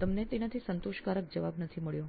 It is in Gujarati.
તમને તેનાથી સંતોષ કારક જવાબ નથી મળ્યો